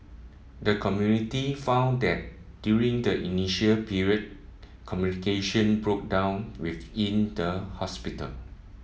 the committee found that during the initial period communication broke down within the hospital